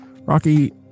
rocky